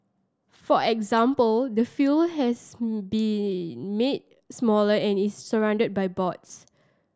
for example the field has been made smaller and is surrounded by boards